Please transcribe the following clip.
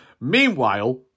Meanwhile